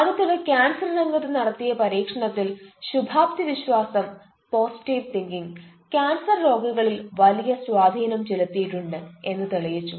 അടുത്തിടെ ക്യാൻസർ രംഗത്ത് നടത്തിയ പരീക്ഷണത്തിൽ ശുഭാപ്തി വിശ്വാസം പോസിറ്റിവ് തിങ്കിങ് ക്യാൻസർ രോഗികളിൽ വലിയ സ്വാധീനം ചെലത്തിയിട്ടുണ്ട് എന്ന് തെളിഞ്ഞു